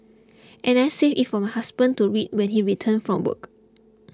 and I saved it for my husband to read when he returned from work